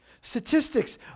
Statistics